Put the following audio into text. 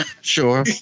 sure